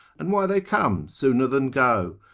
and why they come sooner than go?